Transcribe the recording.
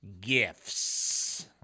gifts